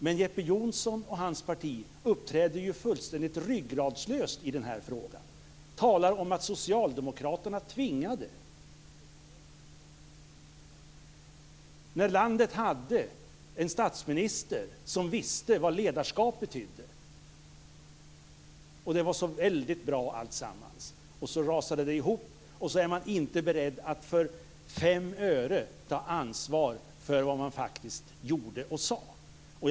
Men Jeppe Johnsson och hans parti uppträder ju fullständigt ryggradslöst i den här frågan. Man talar om att socialdemokraterna tvingade dem. När landet hade en statsminister som visste vad ledarskap betydde var det så väldigt bra, alltsammans. Så rasade det ihop, och man är inte beredd att för fem öre ta ansvar för vad man faktiskt gjorde och sade.